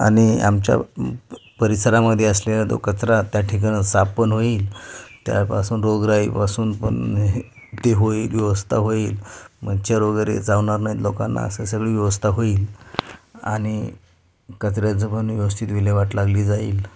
आणि आमच्या परिसरामध्ये असलेला तो कचरा त्या ठिकाणं साफ पण होईल त्यापासून रोगराईपासून पण ते होईल व्यवस्था होईल मच्छर वगैरे चावणार नाही आहेत लोकांना असं सगळी व्यवस्था होईल आणि कचऱ्याचं पण व्यवस्थित विल्हेवाट लागली जाईल